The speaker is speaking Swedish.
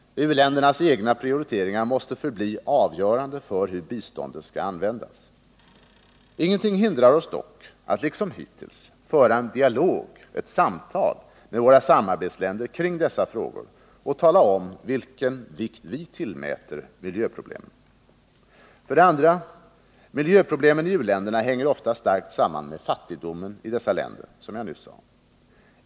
U-ländernas egna prioriteringar måste förbli avgörande för hur biståndet skall användas. Ingenting hindrar oss dock att — liksom hittills — föra en dialog, ett samtal, med våra samarbetsländer kring dessa frågor och tala om vilken vikt vi tillmäter miljöproblemen. 2. Miljöproblemen i u-länderna hänger ofta starkt samman med fattigdomen i dessa länder, som jag nyss sade.